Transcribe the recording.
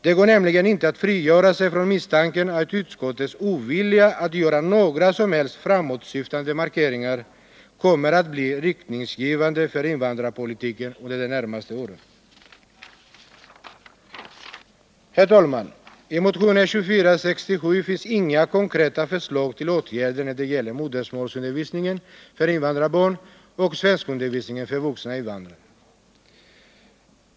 Det går nämligen inte att frigöra sig från misstanken att utskottets ovilja att göra några som helst framåtsyftande markeringar kommer att bli riktningsgivande för invandrarpolitiken under de närmaste åren. Herr talman! I motionen 2467 finns inga konkreta förslag till åtgärder när det gäller modersmålsundervisningen för invandrarbarn och svenskundervisningen för vuxna invandrare.